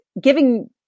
giving